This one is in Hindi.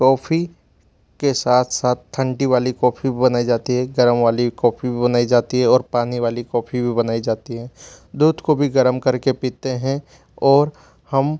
कॉफी के साथ साथ ठंडी वाली कॉफी बनाई जाती है गर्म वाली कॉफी भी बनाई जाती है और पानी वाली कॉफी भी बनाई जाती हैं दूध को भी गर्म कर के पीते हैं और हम